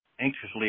anxiously